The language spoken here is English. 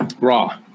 Raw